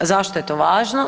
Zašto je to važno?